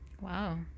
Wow